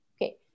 okay